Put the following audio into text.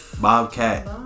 bobcat